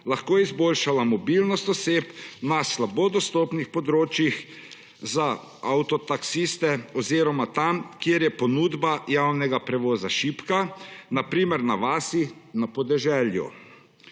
lahko izboljšala mobilnost oseb na slabo dostopnih področjih za avtotaksiste oziroma tam, kjer je ponudba javnega prevoza šibka, na primer na vasi na podeželju.